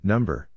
Number